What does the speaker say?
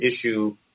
issue